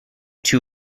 two